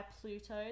Pluto